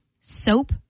soap